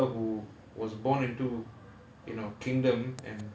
I mean to take someone like buddha who was born into